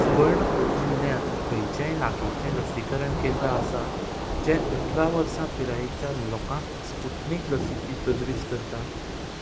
सुवर्णपूर जिल्ल्यांत खंयचेंय लागींचें लसीकरण केंद्र आसा जें अठरा वर्सां पिरायेच्या लोकांक स्पुटनीक लसीची तजवीज करता